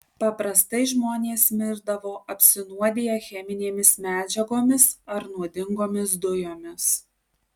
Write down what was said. paprastai žmonės mirdavo apsinuodiję cheminėmis medžiagomis ar nuodingomis dujomis